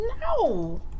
No